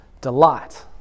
delight